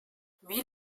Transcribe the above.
wie